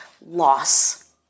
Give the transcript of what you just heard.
loss